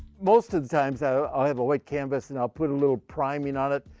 most of the times i'll i'll have a white canvas, and i'll put a little priming on it,